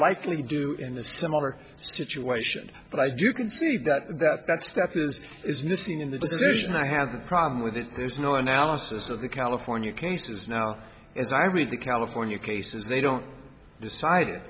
likely do in the similar situation but i do concede that that's death as is missing in the decision i have no problem with it there's no analysis of the california cases now as i read the california cases they don't decide it